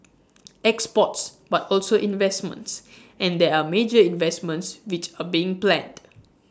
exports but also investments and there are major investments which are being planned